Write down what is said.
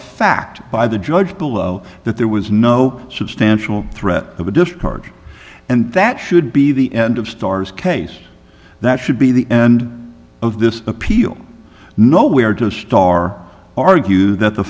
fact by the judge below that there was no substantial threat of a discharge and that should be the end of star's case that should be the end of this appeal nowhere to a star argue th